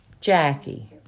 Jackie